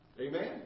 Amen